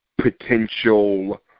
potential